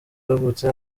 yavutse